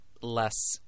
less